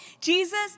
Jesus